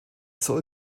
soll